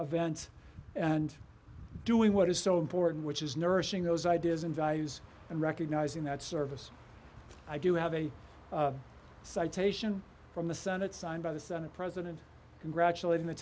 event and doing what is so important which is nourishing those ideas and values and recognizing that service i do have a citation from the senate signed by the senate president congratulating the